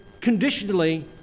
conditionally